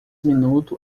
minutos